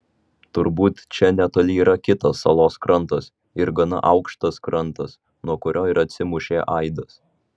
turbūt čia netoli yra kitos salos krantas ir gana aukštas krantas nuo kurio ir atsimušė aidas